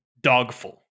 dogful